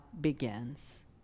begins